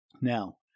now